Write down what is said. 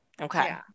okay